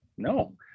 No